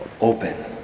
open